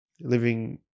living